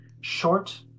short